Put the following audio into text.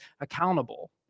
accountable